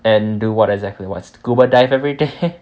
and do what exactly what scuba dive everyday